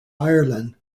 ireland